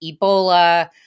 Ebola